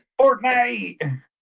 Fortnite